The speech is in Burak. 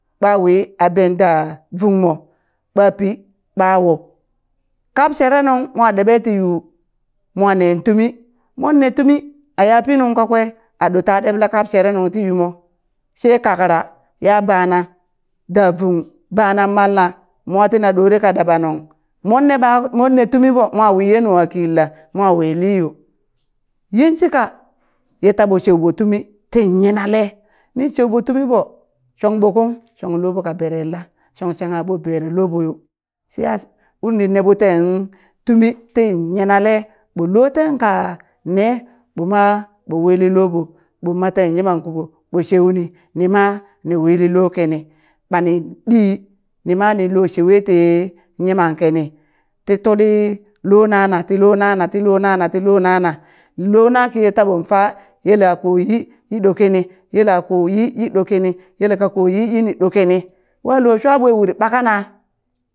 Ɓa wi a benda vungmo ɓa pi ɓa wub kab sherenung mo ɗeɓe ti yu mo neen tumi mon ne tumi aya pi nungka kwe ata ɗeɓle kap shere nung ti yumo she kakra ya bana da vung banan malna mwa tina ɗore ka daba nung monne bak monne tumiɓo mowi ye nuwakila mo wili yo yinshika ye taɓo sheuɓo tumi ti yinale nin shue ɓo tumi ɓo shong ɓo kun shong loɓo ka berenla shong shangha ɓobere loɓo yo shya urni neɓo ten tumi ti yinale ɓo loten kane ɓoma ɓo wili loɓo ɓoma mo maten yiman kiɓo ɓo sheuni nima ni wili lo kini ɓani ɗi nima ninlo shewe ti yimam kini ti tuli ti lonana ti lonana ti lonana ti lonana lona kiye taɓon faa yela ko yi yi ɗo kini yela ko yi yi ɗo kini yel kako yi yini ɗo kini wa lo shwa ɓwe uri ɓakana